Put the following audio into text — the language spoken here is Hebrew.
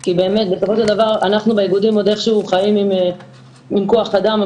כי באמת בסופו של דבר אנחנו באיגודים עוד איכשהו חיים עם כוח אדם,